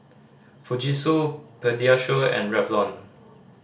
Fujitsu Pediasure and Revlon